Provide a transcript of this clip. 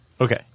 Okay